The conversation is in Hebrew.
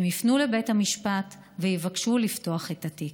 הם יפנו לבית המשפט ויבקשו לפתוח את התיק.